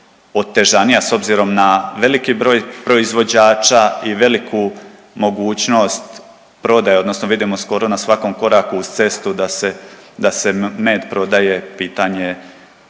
otežanija s obzirom na veliki broj proizvođača i veliku mogućnost prodaje odnosno vidimo skoro na svakom koraku uz cestu da se, da se med prodaje, pitanje